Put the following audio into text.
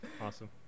awesome